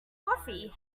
coffee